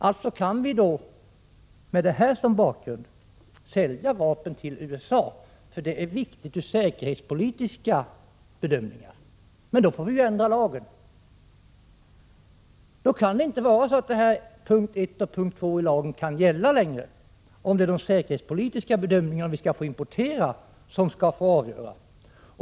Alltså kan vi med detta som bakgrund sälja vapen till USA, för det är viktigt ur säkerhetspolitisk synpunkt. Men då får vi ju ändra lagen! Då kan inte vare sig punkt 1 eller punkt 2 i lagen gälla längre — om det är säkerhetspolitiska bedömningar av om vi skall få importera som skall avgöra.